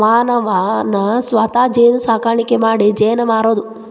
ಮಾನವನ ಸ್ವತಾ ಜೇನು ಸಾಕಾಣಿಕಿ ಮಾಡಿ ಜೇನ ಮಾರುದು